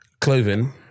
clothing